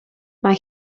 mae